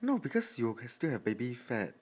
no because you have still have baby fat